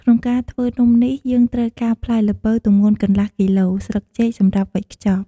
ក្នុងការធ្វើនំនេះ យើងត្រូវការផ្លែល្ពៅទម្ងន់កន្លះគីឡូ ស្លឹកចេកសម្រាប់វេចខ្ចប់។